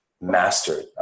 mastered